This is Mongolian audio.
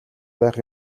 байх